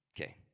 Okay